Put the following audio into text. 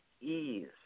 ease